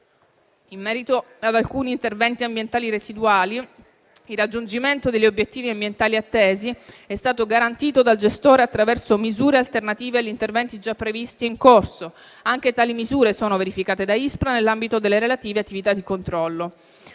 In merito ad alcuni interventi ambientali residuali, il raggiungimento degli obiettivi ambientali attesi è stato garantito dal gestore attraverso misure alternative agli interventi già previsti e in corso. Anche tali misure sono verificate da Ispra nell'ambito delle relative attività di controllo.